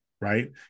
right